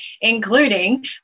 including